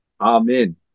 amen